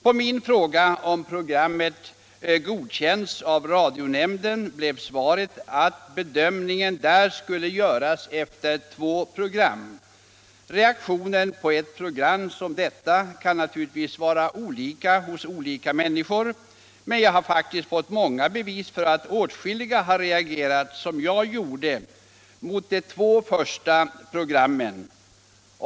På min fråga om programmet godkänts av radionämnden blev svaret, att bedömningen där skulle göras efter två program. Reaktionen på en serie som denna kan naturligtvis vara olika hos olika människor, men jag har faktiskt fått många bevis för att åtskilliga har reagerat som jag gjorde under de två första programmen.